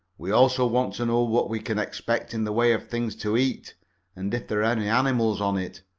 we also want to know what we can expect in the way of things to eat and if there are animals on it.